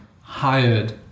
hired